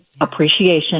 appreciation